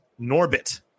Norbit